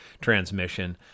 transmission